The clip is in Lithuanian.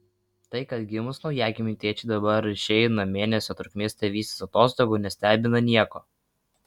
tai kad gimus naujagimiui tėčiai dabar išeina mėnesio trukmės tėvystės atostogų nestebina nieko